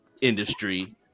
industry